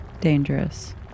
dangerous